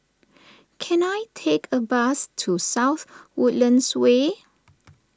can I take a bus to South Woodlands Way